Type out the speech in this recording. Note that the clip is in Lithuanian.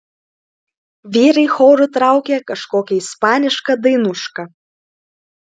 vyrai choru traukė kažkokią ispanišką dainušką